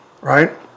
right